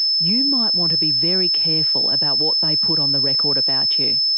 you might want to be very careful about what they put on the record about you.